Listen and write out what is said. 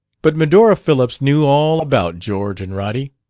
but medora phillips knew all about george and roddy.